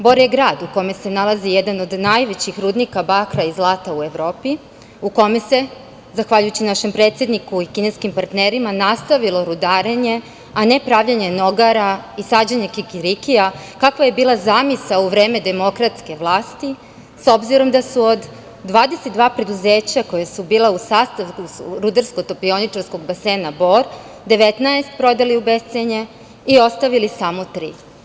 Bor je grad u kome se nalazi jedan od najvećih rudnika bakra i zlata u Evropi, u kome se zahvaljujući našem predsedniku i kineskim partnerima nastavilo rudarenje, a ne pravljenje nogara i sađenje kikirikija, kakva je bila zamisao u vreme demokratske vlasti, s obzirom da su od 22 preduzeća koja su bila u sastavu Rudarsko-topioničarskog basena Bor 19 prodali u bescenje i ostavili samo tri.